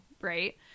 right